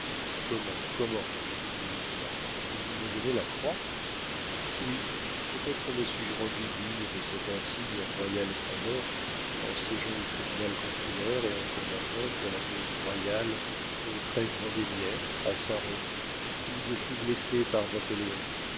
comment comment dit lourdois ils vous ont donné la croix oui peut-être me suis-je rendu digne de cette insigne et royale faveur en siégeant au tribunal consulaire et en combattant pour la cause royale au treize vendémiaire à saint-roch où je fus blessé par napoléon